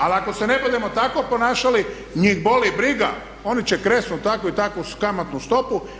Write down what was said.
Ali ako se ne budemo tako ponašali, njih boli briga, oni će kresnuti tako i tako uz kamatnu stopu.